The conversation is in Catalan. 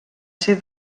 ser